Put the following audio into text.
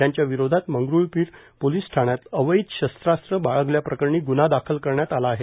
त्यांच्या विरोधात मंगरुळपीर पोलिस ठाण्यात अवैध शस्त्रास्त्र बाळगल्या प्रकरणी ग्न्हा दाखल करण्यात आला आहे